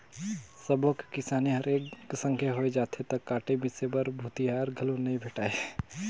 सबो के किसानी हर एके संघे होय जाथे त काटे मिसे बर भूथिहार घलो नइ भेंटाय